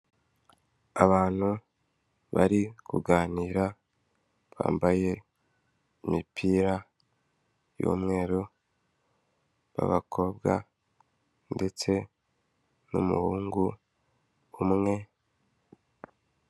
Abantu bari kuganira bambaye imipira y'umweru babakobwa ndetse n'umuhungu umwe.